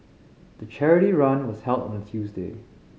the charity run was held on a Tuesday